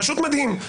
פשוט מדהים.